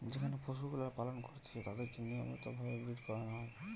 যেখানে পশুগুলার পালন করতিছে তাদিরকে নিয়মিত ভাবে ব্রীড করানো হয়